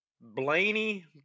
Blaney